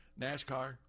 NASCAR